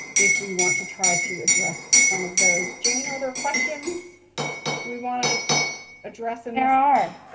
if we want to try to address some of those. jane, are there questions we want to address? and there are.